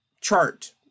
chart